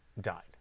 died